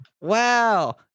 Wow